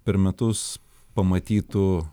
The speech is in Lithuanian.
per metus pamatytų